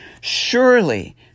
surely